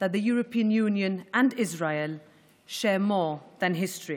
היא יציר התקווה וביתם של האמיצים".